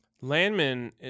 Landman